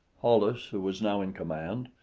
hollis, who was now in command,